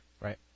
right